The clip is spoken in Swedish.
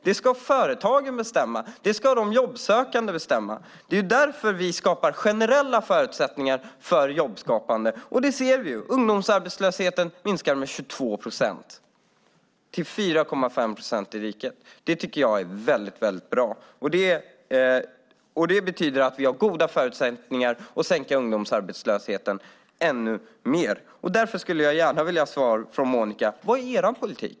Det ska företagen bestämma, och det ska de jobbsökande bestämma. Det är därför vi skapar generella förutsättningar för jobbskapande, och nu ser vi att ungdomsarbetslösheten har minskat med 22 procent eller 1 procentenhet till 4,5 procent i riket. Det är mycket bra, och vi har goda förutsättningar att sänka ungdomsarbetslösheten ännu mer. Jag vill gärna ha svar från Monica: Vad är er politik?